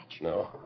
No